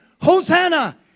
Hosanna